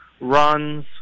runs